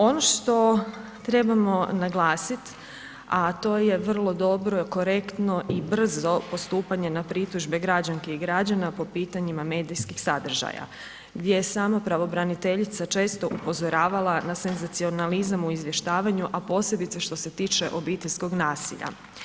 Ono što trebamo naglasit, a to je vrlo dobro, korektno i brzo postupanje na pritužbe građanki i građana po pitanjima medijskih sadržaja, gdje je samo pravobraniteljica često upozoravala na senzacionalizam u izvještavanju, a posebice što se tiče obiteljskog nasilja.